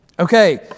Okay